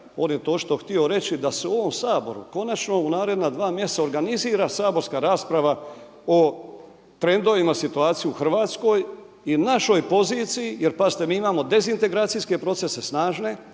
on je to očito htio reći da se u ovom Saboru konačno u naredna dva mjeseca organizira saborska rasprava o trendovima situacije u Hrvatskoj i našoj poziciji, jer pazite mi imamo dezintegracijske procese snažne,